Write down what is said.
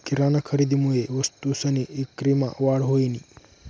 किराना खरेदीमुये वस्तूसनी ईक्रीमा वाढ व्हयनी